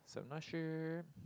I'm not sure